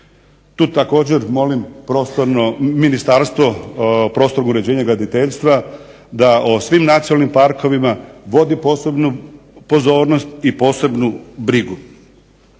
Tu također molim prostorno, Ministarstvo prostornog uređenja i graditeljstva da o svim nacionalnim parkovima vodi posebnu pozornost i posebnu brigu.